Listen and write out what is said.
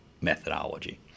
methodology